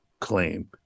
claim